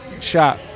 shot